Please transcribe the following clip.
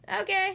Okay